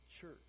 church